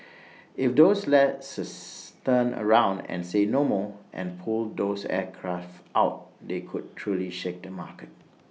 if those lessors turn around and say 'no more' and pull those aircraft out they could truly shake the market